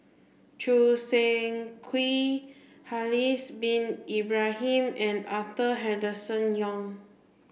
Choo Seng Quee Haslir bin Ibrahim and Arthur Henderson Young